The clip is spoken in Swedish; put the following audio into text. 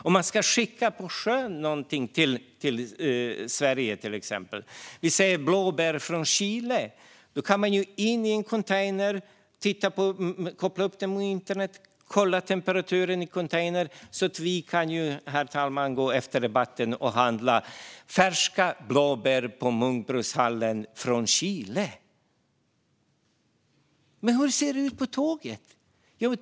Om man ska skicka något till Sverige på sjön - låt oss säga blåbär från Chile - kan man koppla upp containern mot nätet och hålla koll på temperaturen i den, så att vi här efter debatten kan gå till Munkbrohallen och handla färska blåbär från Chile. Men hur ser det ut på tåget?